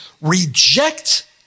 reject